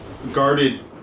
Guarded